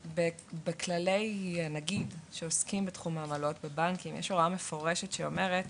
בכללי הנגיד שעוסקים בתחום העמלות בבנקים יש הוראה מפורשת שאומרת